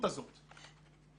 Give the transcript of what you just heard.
ההתדיינות הזאת